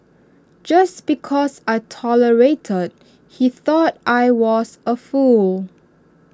just because I tolerated he thought I was A fool